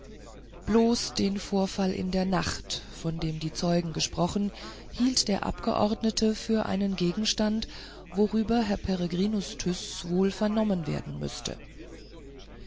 bloß den vorfall in der nacht von dem die zeugen gesprochen hielt der abgeordnete für einen gegenstand worüber herr peregrinus tyß wohl vernommen werden müßte